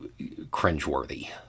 cringeworthy